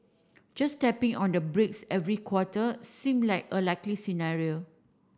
just tapping on the brakes every quarter seem like a likely scenario